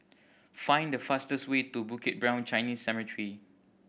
find the fastest way to Bukit Brown Chinese Cemetery